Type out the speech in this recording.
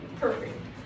perfect